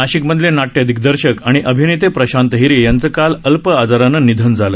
नाशिकमधले नाट्य दिग्दर्शक आणि अभिनेते प्रशांत हिरे यांचं काल अल्प आजारानं निधन झालं